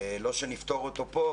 לא שנפתור אותו פה,